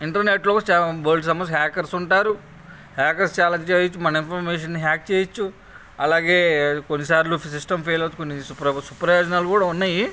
ఇంటర్నెట్లో కూడా చాలా బోలెడు సమస్యలు హ్యాకర్స్ ఉంటారు హ్యాకర్స్ చాలా చేయవచ్చు మన ఇన్ఫర్మేషన్ని హ్యాక్ చేయవచ్చు అలాగే కొన్నిసార్లు సిస్టమ్ ఫెయిల్ అవుతుంది నిష్ప్రయోజనాలు కూడా ఉన్నాయి